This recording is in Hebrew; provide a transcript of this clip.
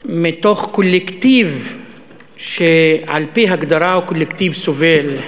מתוך קולקטיב שעל-פי הגדרה הוא קולקטיב סובל,